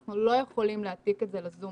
אנחנו לא יכולים להעתיק את זה לזום,